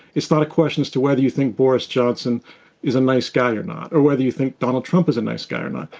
it's not a question as to whether you think boris johnson is a nice guy or not, or whether you think donald trump is a nice guy or not.